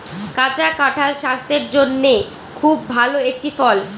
কাঁচা কাঁঠাল স্বাস্থের জন্যে খুব ভালো একটি ফল